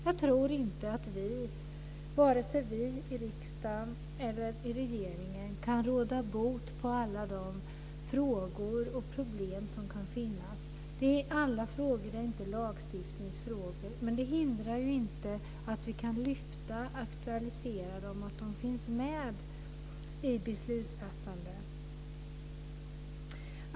Jag tror inte att vi, vare sig vi i riksdagen eller regeringen, kan råda bot på alla de frågor och problem som kan finnas. Alla frågor är inte lagstiftningsfrågor, men det hindrar inte att vi kan aktualisera dem så att de finns med i beslutsfattande.